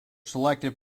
selected